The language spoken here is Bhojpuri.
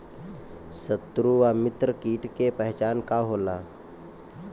सत्रु व मित्र कीट के पहचान का होला?